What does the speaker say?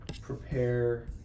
prepare